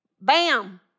Bam